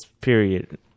period